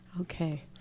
okay